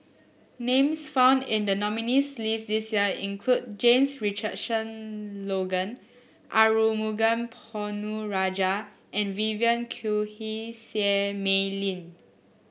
names found in the nominees' list this year include James Richardson Logan Arumugam Ponnu Rajah and Vivien Quahe Seah Mei Lin